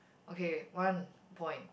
okay one point